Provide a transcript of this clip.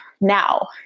Now